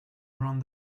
around